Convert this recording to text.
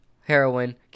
heroin